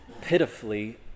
pitifully